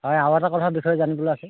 হয় আৰু এটা কথাৰ বিষয় জানিবলৈ আছে